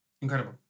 Incredible